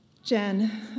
Jen